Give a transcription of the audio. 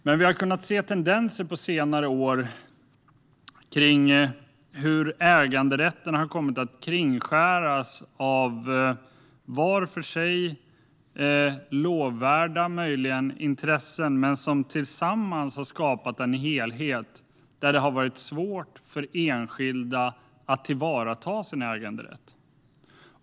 Men vi har på senare år kunnat se tendenser till att äganderätten har kommit att kringskäras av var för sig möjligen lovvärda intressen som dock tillsammans har skapat en helhet där det har varit svårt för enskilda att tillvarata sin äganderätt.